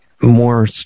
more